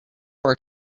are